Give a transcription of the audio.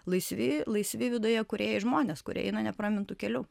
laisvi laisvi viduje kūrėjai žmonės kurie eina nepramintu keliu